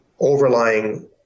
overlying